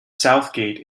southgate